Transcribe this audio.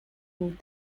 moved